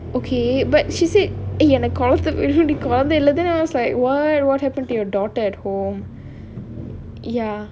okay but she said எனக்கு கொழந்த வேணும்:enakku kolantha venum then I was like what what happen to your daughter at home ya